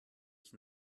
ich